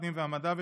הפנים והמדע,